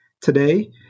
Today